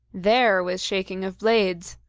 there was shaking of blades!